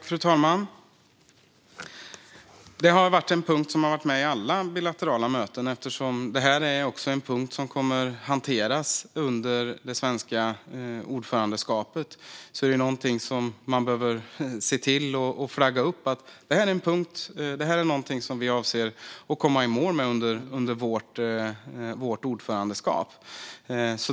Fru talman! Det har varit en punkt som varit med vid alla bilaterala möten. Det är också en punkt som kommer att hanteras under det svenska ordförandeskapet. Det är någonting som man behöver se till och flagga upp för. Det är någonting som vi avser att komma i mål med under vårt ordförandeskap.